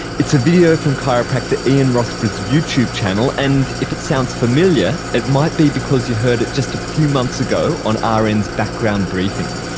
it's a video from chiropractor ian rossborough's youtube channel, and if it sounds familiar it might be because you heard it just a few months ago on ah rn's background briefing.